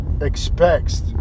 expects